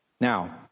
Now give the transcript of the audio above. Now